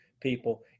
people